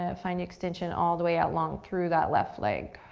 ah find extension all the way out long through that left leg.